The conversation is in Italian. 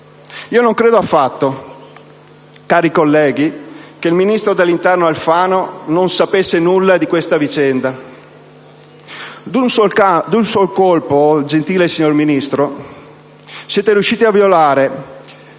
Non credo affatto, cari colleghi, che il ministro dell'interno Alfano non sapesse nulla di questa vicenda. D'un sol colpo, gentile signor Ministro, siete riusciti a violare